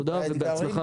תודה ובהצלחה.